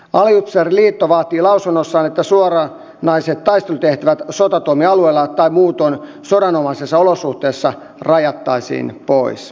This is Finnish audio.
aliupseeriliitto vaatii lausunnossaan että suoranaiset taistelutehtävät sotatoimialueella tai muutoin sodanomaisissa olosuhteissa rajattaisiin pois